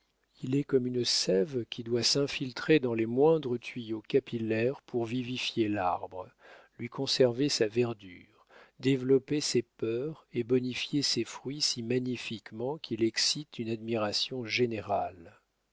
il est comme une sève qui doit s'infiltrer dans les moindres tuyaux capillaires pour vivifier l'arbre lui conserver sa verdure développer ses fleurs et bonifier ses fruits si magnifiquement qu'il excite une admiration générale